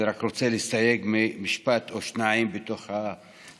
אני רק רוצה להסתייג ממשפט או שניים בתוך ההצעה,